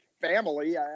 family